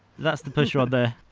that's the push rod there.